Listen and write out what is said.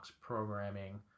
programming